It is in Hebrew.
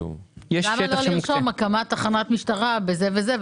למה לא לרשום כך: הקמת תחנת משטרה במקום זה וזה?